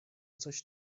coś